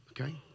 okay